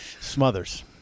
Smothers